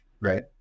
Right